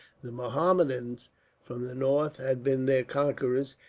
the mohammedans from the north had been their conquerors,